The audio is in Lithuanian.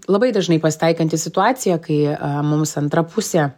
labai dažnai pasitaikanti situacija kai mums antra pusė